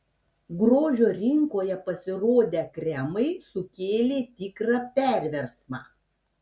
grožio rinkoje pasirodę kremai sukėlė tikrą perversmą